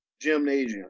gymnasium